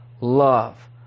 love